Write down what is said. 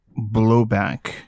blowback